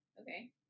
Okay